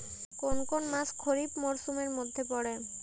কোন কোন মাস খরিফ মরসুমের মধ্যে পড়ে?